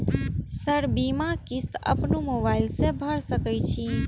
Sir बीमा किस्त अपनो मोबाईल से भर सके छी?